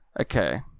Okay